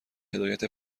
هدایت